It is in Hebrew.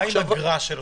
מה עם האגרה של התשלום?